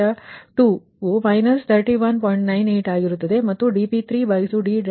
98 ಆಗಿರುತ್ತದೆ ಮತ್ತು dp3d3 ನಿಮಗೆ 63